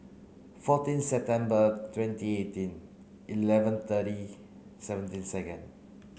fourteen September twenty eighteen eleven thirty seventeen second